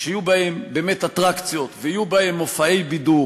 שיהיו בהם באמת אטרקציות ויהיו בהם מופעי בידור.